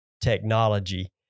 technology